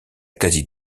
quasi